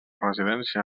residència